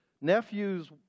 nephew's